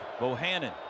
Bohannon